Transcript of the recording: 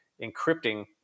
encrypting